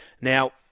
Now